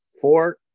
Four